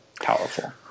powerful